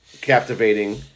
captivating